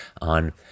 on